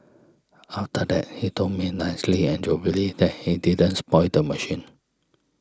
after that he told me nicely and jovially that he didn't spoil the machine